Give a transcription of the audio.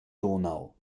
donau